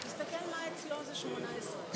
62 בעד, 50 נגד, אפס נמנעים.